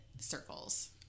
circles